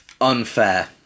unfair